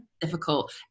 difficult